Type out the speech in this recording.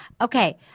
Okay